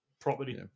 property